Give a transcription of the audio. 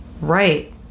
Right